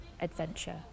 adventure